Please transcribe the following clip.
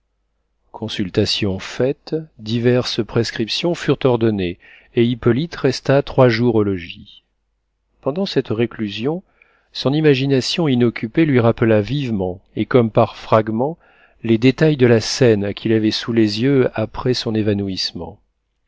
consultation faite diverses prescriptions furent ordonnées et hippolyte resta trois jours au logis pendant cette réclusion son imagination inoccupée lui rappela vivement et comme par fragments les détails de la scène qu'il avait eue sous les yeux après son évanouissement